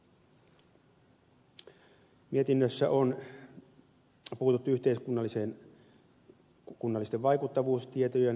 mietinnössä on puututtu yhteiskunnallisten vaikuttavuustietojen esittämistapaan